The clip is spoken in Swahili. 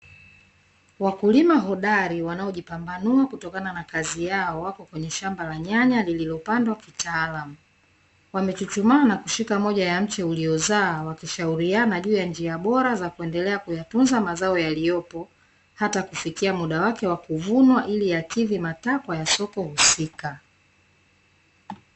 Wakulima hodari wanaojipambanua kutokana na kazi yao wapo kwenye shamba la nyanya lililopandwa kitaalamu, wamechuchumaa na kushika moja ya mche iliozaa walishauriana juu ya njia bora za kuendelea kuyatunza mazao yaliyopo hata kufikia muda wake wa kuvunwa ili yakidhi matakwa ya soko husika.